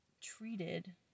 treated